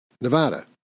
Nevada